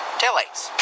taillights